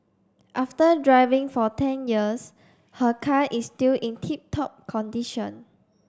after driving for ten years her car is still in tip top condition